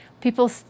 people